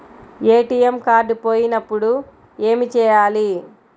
ATM card పోయినప్పుడు ఏమి చేయాలి?